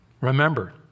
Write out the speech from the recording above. Remember